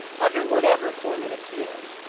under whatever form it appeared.